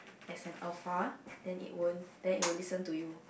as an alpha then it won't then it will listen to you